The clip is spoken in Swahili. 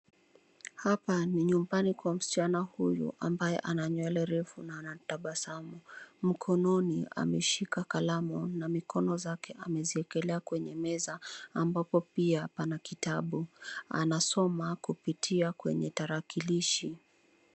Hapa ni nyumbani kwa msichana huyu ambaye ana nywele refu na anatabasamu. Mkononi ameshika kalamu na mikono zake ameziwekelea kwenye meza ambapo pia pana kitabu. Anasoma kupitia kwenye tarakilishi.